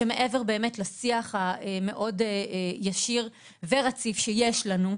שמעבר לשיח המאוד-ישיר ורציף שיש לנו,